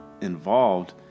involved